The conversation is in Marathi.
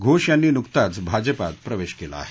घोष यांनी नुकताच भाजपात प्रवेश केला आहे